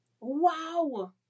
Wow